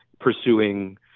pursuing